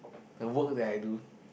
the work that I do